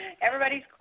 Everybody's